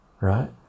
right